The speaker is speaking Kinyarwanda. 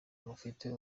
mufite